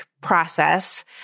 process